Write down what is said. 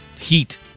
heat